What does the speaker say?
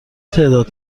تعداد